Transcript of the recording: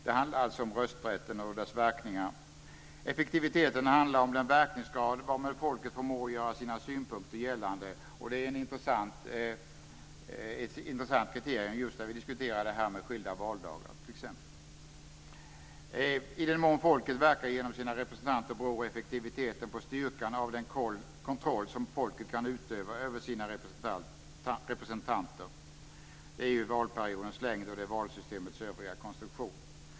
Det handlar alltså om rösträtten och dess verkningar. Effektiviteten handlar om den verkningsgrad varmed folket förmår göra sina synpunkter gällande. Det är ett intressant kriterium just när vi diskuterar detta med skilda valdagar. I den mån folket verkar genom sina representanter beror effektiviteten på styrkan av den kontroll som folket kan utöva över sina representanter. Det handlar om valperiodernas längd och valsystemens övriga konstruktion.